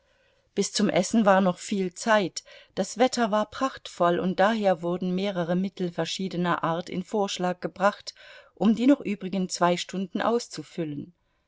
bis zum essen war noch viel zeit das wetter war prachtvoll und daher wurden mehrere mittel verschiedener art in vorschlag gebracht um die noch übrigen zwei stunden auszufüllen